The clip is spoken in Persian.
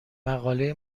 مقاله